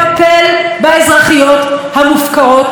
יש אצלנו כ-200,000 נשים מוכות שיהיו